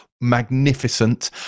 magnificent